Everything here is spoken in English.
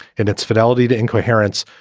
and its fidelity to incoherence.